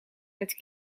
met